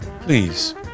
Please